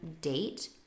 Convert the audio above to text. date